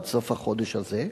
עד סוף החודש הזה,